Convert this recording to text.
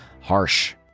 Harsh